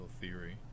theory